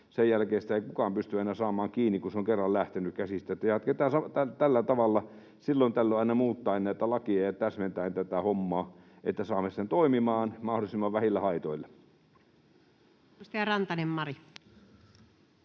sen jälkeen sitä ei kukaan pysty enää saamaan kiinni, kun se on kerran lähtenyt käsistä. Että jatketaan tällä tavalla silloin tällöin aina muuttaen näitä lakeja ja täsmentäen tätä hommaa, että saamme sen toimimaan mahdollisimman vähillä haitoilla. [Speech